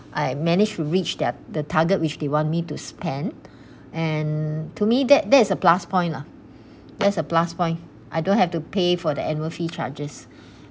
I managed to reach their the target which they want me to spend and to me that that is a plus point lah that's a plus point I don't have to pay for the annual fee charges